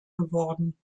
geworden